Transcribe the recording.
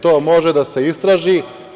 To može da se istraži.